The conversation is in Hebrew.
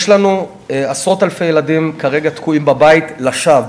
יש לנו עשרות-אלפי ילדים שכרגע תקועים בבית לשווא.